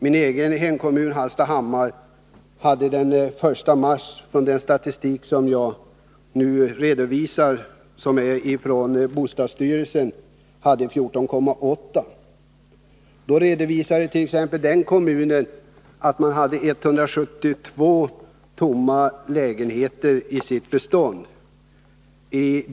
Min egen hemkommun Hallstahammar hade den 1 mars, enligt bostadsstyrelsens statistik som jag nu redovisar, 14,8 26. Den kommunen redovisade att man då hade 172 tomma lägenheter i sitt bestånd.